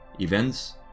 Events